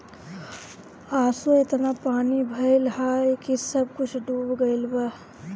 असो एतना पानी भइल हअ की सब कुछ डूब गईल बा